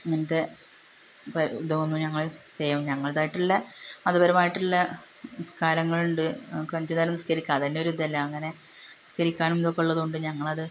ഇങ്ങനെത്തെ ഇതൊന്നും ഞങ്ങൾ ചെയ്യില്ല ഞങ്ങളുടേതായിട്ടുള്ള മതപരമായിട്ടുള്ള നിസ്കാരങ്ങളുണ്ട് ഞങ്ങൾക്ക് അഞ്ച് നേരം നിസ്കരിക്കുക അതുതന്നെ ഒരിതല്ലേ അങ്ങനെ നിസ്കരിക്കാനും ഇതൊക്കെ ഉള്ളതുകൊണ്ട് ഞങ്ങളത്